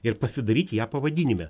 ir pasidaryti ją pavadinime